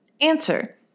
Answer